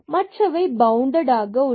மற்றவை பவுண்டட் ஆக உள்ளது